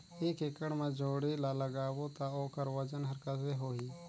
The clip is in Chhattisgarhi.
एक एकड़ मा जोणी ला लगाबो ता ओकर वजन हर कते होही?